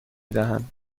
دهند